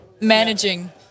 managing